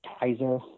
Kaiser